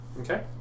Okay